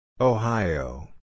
Ohio